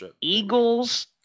Eagles